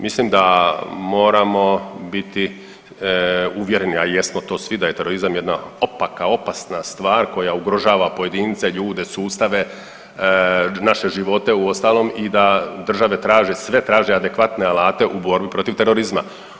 Mislim da moramo biti uvjereni, a jesmo to svi, da je terorizam jedna opaka opasna stvar koja ugrožava pojedince, ljude, sustave, naše živote, uostalom i da države traže sve, traže adekvatne alate u borbi protiv terorizma.